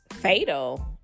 fatal